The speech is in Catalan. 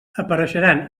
apareixeran